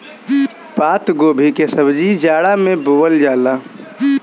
पातगोभी के सब्जी जाड़ा में बोअल जाला